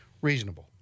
reasonable